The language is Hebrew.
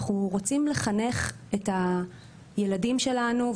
אנחנו רוצים לחנך את הילדים שלנו,